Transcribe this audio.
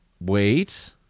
Wait